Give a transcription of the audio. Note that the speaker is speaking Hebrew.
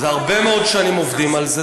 הרבה מאוד שנים עובדים על זה.